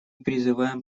призываем